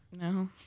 no